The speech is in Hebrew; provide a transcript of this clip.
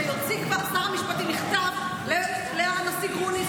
שיוציא כבר שר המשפטים מכתב לנשיא גרוניס,